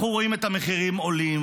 אנחנו רואים את המחירים עולים.